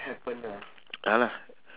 !alah!